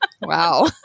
Wow